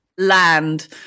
land